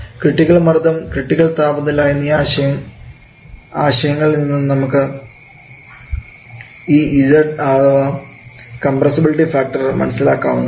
critical മർദ്ദം critical താപനില എന്നീ ആശയങ്ങളിൽ നിന്നും നമുക്ക് ഈ z അഥവാ കംപ്രസ്ബിലിറ്റി ഫാക്ടർ മനസ്സിലാക്കാവുന്നതാണ്